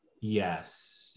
yes